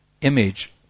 image